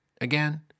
again